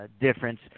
difference